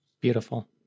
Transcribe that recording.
Beautiful